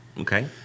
Okay